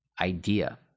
idea